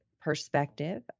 perspective